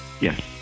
Yes